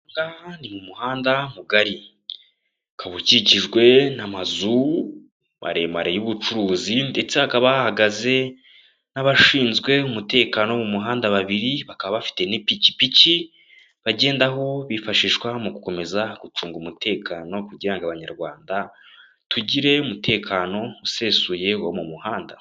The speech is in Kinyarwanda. Aha ngaha ni mu muhanda mugari ukaba ukikijwe n'amazu maremare y'ubucuruzi ndetse hakaba hahagaze n'abashinzwe umutekano mu muhanda babiri bakaba bafite n'ipikipiki bagendaho bifashishwa mu gukomeza gucunga umutekano, kugira ngo abanyarwanda tugire umutekano usesuye wo mu muhanda.